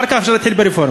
אחר כך אפשר להתחיל ברפורמה.